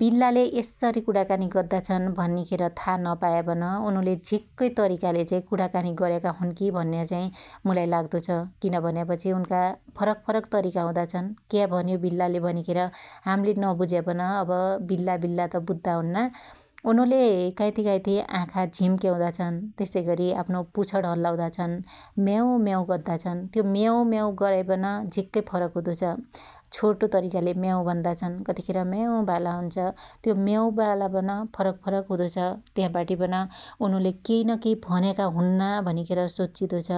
बिल्लाले यस्सैगरी कुणा गद्दाछन भनिखेर था नपायापन उनुले झिक्कै तरिकाले कुणाकानि गर्याका हुनकि भन्याचाहि मुलाई लाग्दो छ । किन भन्यापछि उनका फरक फरक तरिका हुदाछन् । क्या भन्यो बिल्लाले भनिखेर हाम्ले नबुझ्या पन अब बिल्ला बिल्ला त बुद्दा हुन्ना ,उनुले काईथि काईथि आँखा झिम्क्याउदा छन त्यसैगरी आफ्नो पुछण हल्लाउदा छन्, म्याउम्याउ गद्दा छन्, त्यो म्याउ म्याउ गराई पन झिक्कै फरक हुदो छ । छोटो तरिकाले म्याउ लभन्दा छन कतिखेर म्यायाउ बाला हुन्छ त्यो म्याउ बाला पन फरकफरक हुदो छ । त्याबाटी पन उनुले केइनकेइ भन्याका हुन्ना भनिखेर सोच्चिदो छ